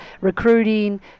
recruiting